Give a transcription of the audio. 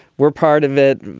we're part of it.